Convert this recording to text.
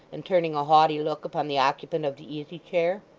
and turning a haughty look upon the occupant of the easy-chair,